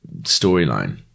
storyline